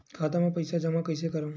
खाता म पईसा जमा कइसे करव?